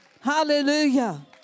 Hallelujah